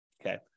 Okay